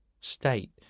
state